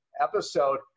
episode